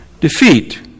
defeat